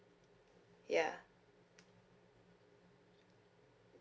ya